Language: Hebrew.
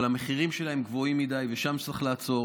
אבל המחירים שלהם גבוהים מדי, ושם צריך לעצור.